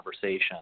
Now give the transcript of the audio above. conversation